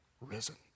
risen